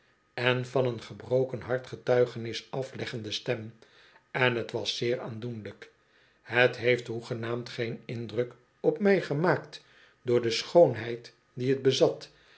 en van een gebroken hart getuigenis afleggende stem en t was zeer aandoenlijk het heeft hoegenaamd geen indruk op mij gemaakt door de schoonheid die t bezat